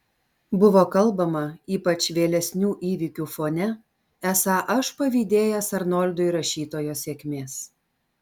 buvo kalbama ypač vėlesnių įvykių fone esą aš pavydėjęs arnoldui rašytojo sėkmės